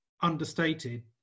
understated